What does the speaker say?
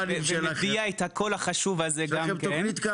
ותביע את הקול החשוב הזה גם כן.